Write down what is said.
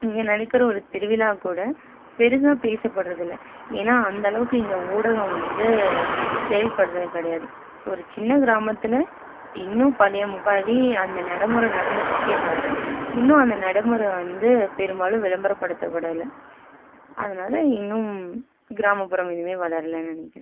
இங்கே நடக்கிற ஒரு திருவிழா கூட பெருசாக பேசப்படுறது இல்ல ஏன்னா அந்த அளவுக்கு இங்கே ஊடகம் வந்து செயல்படுறது கிடையாது ஒரு சின்ன கிராமத்தில் இன்னும் பழையபடி அந்த நடமுறை நடந்துட்டு இருக்கே தவிர இன்னும் அந்த நடமுறை வந்து பெரும்பாலும் விளம்பர படுத்தப்படவில்ல அதனால் இன்னும் கிராமப்புறம் இன்னுமே வளரலனு நினக்கிறேன்